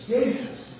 Jesus